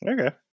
Okay